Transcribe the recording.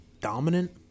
dominant